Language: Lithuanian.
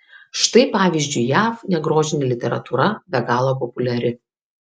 štai pavyzdžiui jav negrožinė literatūra be galo populiari